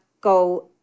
go